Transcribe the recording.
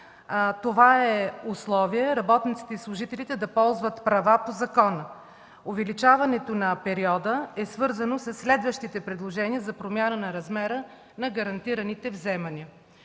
това е условието работниците и служителите да ползват права по закона. Увеличаването на периода е свързано със следващите предложения за промяна на размера на гарантираните вземания.